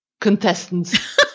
contestants